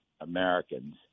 Americans